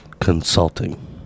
Consulting